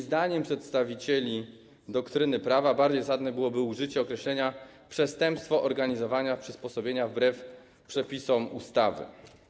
Zdaniem przedstawicieli doktryny prawa bardziej zasadne byłoby użycie określenia „przestępstwo organizowania przysposobienia wbrew przepisom ustawy”